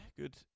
good